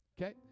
okay